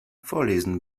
vorlesen